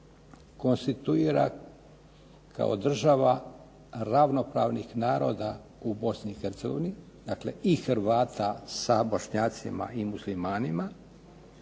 konstituira kao država ravnopravnih naroda u Bosni i Hercegovini, dakle i Hrvata sa Bošnjacima i Muslimanima